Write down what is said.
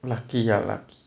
lucky ah lucky